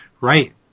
Right